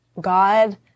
God